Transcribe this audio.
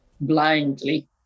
blindly